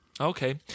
Okay